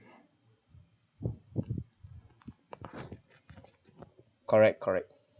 correct correct